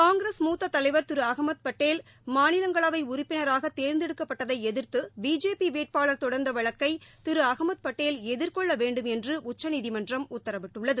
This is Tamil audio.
காங்கிரஸ் மூத்த தலைவர் திரு அகமது பட்டேல் மாநிலங்களவை உறுப்பினராக தேர்ந்தெடுக்கப்பட்டதை எதிர்த்து பிஜேபி வேட்பாளர் தொடர்ந்த வழக்கை திரு அகமது பட்டேல் எதிர்கொள்ள வேண்டும் என்று உச்சநீதிமன்றம் உத்தரவிட்டுள்ளது